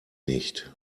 nicht